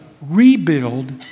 rebuild